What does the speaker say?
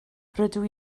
rydw